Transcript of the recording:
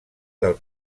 del